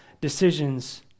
decisions